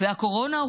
והקורונה.